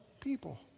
people